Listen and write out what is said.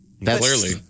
Clearly